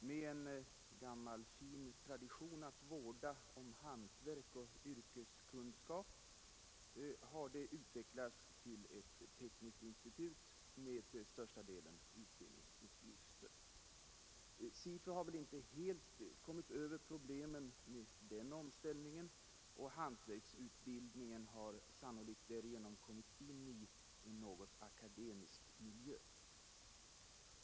Med en gammal fin tradition att vårda hantverk och yrkeskunskap har det utvecklats till ett tekniskt institut med till största delen utbildningsuppgifter. SIFU har väl inte helt kommit över problemen med den omställningen, och hantverksutbildningen har sannolikt därigenom hamnat i en något akademisk miljö.